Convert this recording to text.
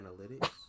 analytics